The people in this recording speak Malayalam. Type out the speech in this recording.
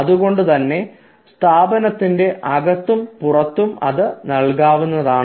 അതുകൊണ്ടുതന്നെ സ്ഥാപനത്തിൻറെ അകത്തും പുറത്തും നൽകാവുന്നതാണ്